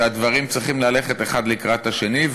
הדברים צריכים ללכת האחד לקראת השני,